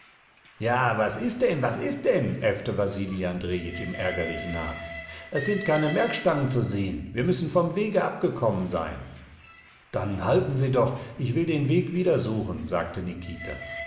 ja was ist denn was ist denn äffte wasili andrejitsch ihm ärgerlich nach es sind keine merkstangen zu sehen wir müssen vom wege abgekommen sein dann halten sie doch ich will den weg wieder suchen sagte nikita